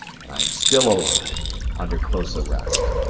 and i am still alive under close arrest.